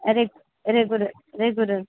रेग regular regular